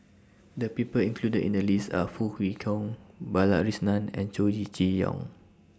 The People included in The list Are Foo Kwee Horng Balakrishnan and Chow E Chee Yong